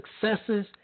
successes